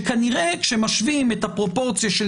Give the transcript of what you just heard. כנראה כשמשווים את הפרופורציה של